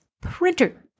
printer